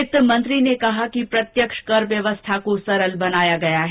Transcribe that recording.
वित्तमंत्री ने कहा कि प्रत्यक्ष कर व्यवस्था को सरल बनाया गया है